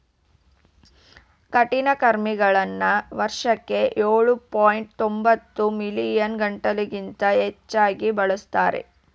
ಕಠಿಣಚರ್ಮಿಗಳನ್ನ ವರ್ಷಕ್ಕೆ ಎಳು ಪಾಯಿಂಟ್ ಒಂಬತ್ತು ಮಿಲಿಯನ್ ಟನ್ಗಿಂತ ಹೆಚ್ಚಾಗಿ ಬೆಳೆಸ್ತಾರೆ